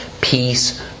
peace